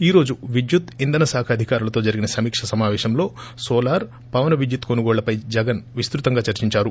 ఈ రోజు విద్యుత్ ఇంధనశాఖ అధికారులతో జరిగిన సమీక్ష సమాపేశం లో నోలార్ పవన విద్యుత్ కొనుగోళ్లపై జగన్ విస్తుతంగా చర్చిందారు